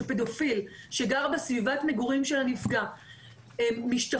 שפדופיל שגר בסביבת מגורים של הנפגע משתחרר,